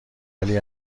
ولی